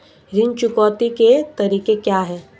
ऋण चुकौती के तरीके क्या हैं?